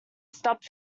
stopped